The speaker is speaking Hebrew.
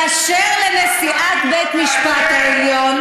היישר לנשיאת בית המשפט העליון,